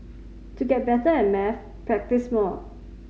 to get better at maths practise more